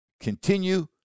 continue